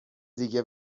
دیگه